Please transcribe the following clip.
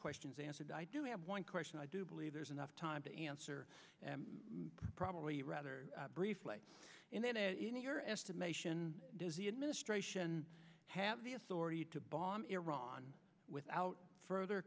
questions answered i do have one question i do believe there is enough time to answer probably rather briefly in your estimation does the administration have the authority to bomb iran without further